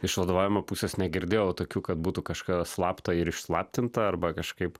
iš vadovavimo pusės negirdėjau tokių kad būtų kažką slapta ir išslaptinta arba kažkaip